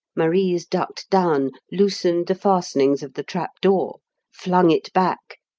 marise ducked down, loosened the fastenings of the trap-door, flung it back,